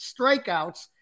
strikeouts